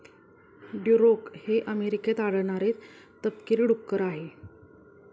Duroc हे अमेरिकेत आढळणारे तपकिरी डुक्कर आहे